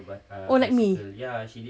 oh like me